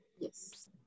Yes